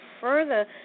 further